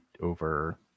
over